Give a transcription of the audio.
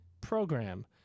program